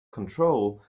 control